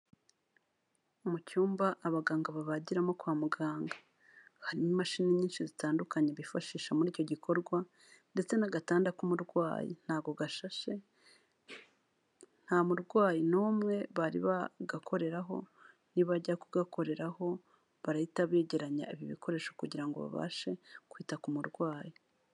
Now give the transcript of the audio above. Mu cyumba abaganga babagiramo kwa muganga, harimo imashini nyinshi zitandukanye bifashisha muri icyo gikorwa ndetse n'agatanda k'umurwayi, ntago gashashe, nta murwayi n'umwe bari bagakoreraho, nibajya kugakoreraho barahita begeranya ibikoresho kugira ngo babashe kwita ku murwayi.